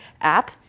app